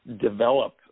develop